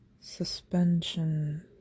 suspension